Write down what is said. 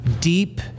deep